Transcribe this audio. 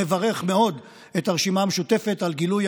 מברך מאוד את הרשימה המשותפת על גילוי